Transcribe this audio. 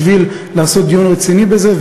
בשביל לעשות דיון רציני בזה,